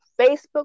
Facebook